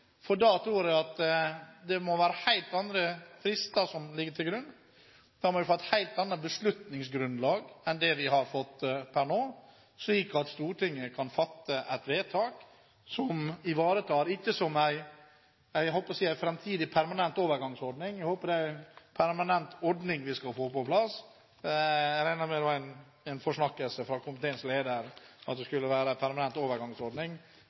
for da tror jeg det må være helt andre frister som ligger til grunn. Da håper jeg vi må få et helt annet beslutningsgrunnlag enn det vi har fått per nå, slik at Stortinget kan fatte et vedtak, ikke som en framtidig permanent overgangsordning, men slik at vi får på plass en permanent ordning. Jeg regner med at det var en forsnakkelse fra komiteens leder at det skulle være en permanent overgangsordning.